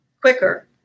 quicker